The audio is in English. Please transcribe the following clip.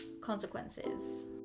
consequences